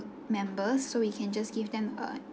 members so we can just give them a